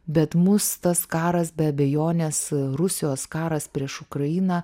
bet mus tas karas be abejonės rusijos karas prieš ukrainą